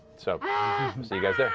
so see you guys there.